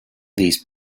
these